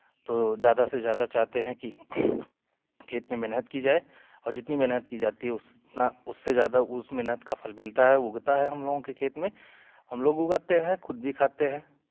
तो ज्यादा से ज्यादा चाहते हैं कि खेत में मेहनत की जाए और जितनी मेहनत की जाती है उतना उससे ज्यादा उस मेहनत का फल मिलता है उगता है हम लोगों के खेत में हम लोग उगाते हैं खुद भी खाते हैं